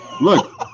look